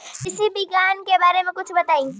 कृषि विज्ञान के बारे में कुछ बताई